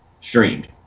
streamed